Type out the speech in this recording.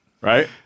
Right